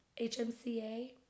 HMCA